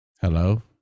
Hello